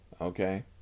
okay